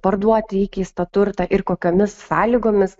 parduoti įkeistą turtą ir kokiomis sąlygomis